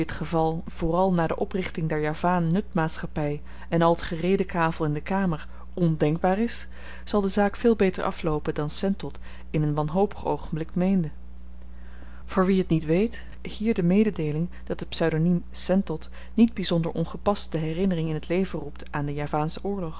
geval vooral na de oprichting der javaannutmaatschappy en al t geredekavel in de kamer ondenkbaar is zal de zaak veel beter afloopen dan sentot in n wanhopig oogenblik meende voor wien t niet weet hier de mededeeling dat de pseudoniem sentot niet byzonder ongepast de herinnering in t leven roept aan den javaschen oorlog